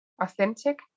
authentic